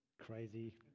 Crazy